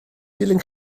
dilyn